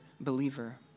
believer